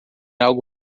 algo